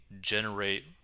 generate